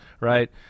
Right